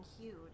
huge